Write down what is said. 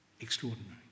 extraordinary